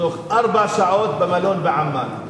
תוך ארבע שעות אני במלון בעמאן.